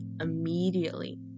immediately